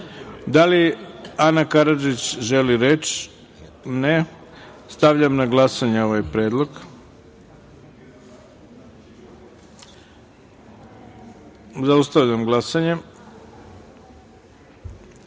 li Ana Karadžić želi reč? (Ne.)Stavljam na glasanje ovaj predlog. Zaustavljam glasanje: